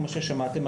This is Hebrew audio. כמו ששמעתם,